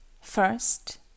First